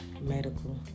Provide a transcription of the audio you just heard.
medical